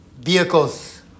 vehicles